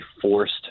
forced